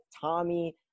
Tommy